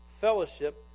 fellowship